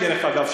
דרך אגב,